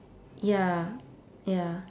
ya ya